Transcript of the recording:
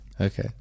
Okay